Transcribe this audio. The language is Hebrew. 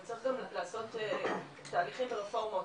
אבל צריך לעשות תהליכים ורפורמות